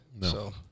No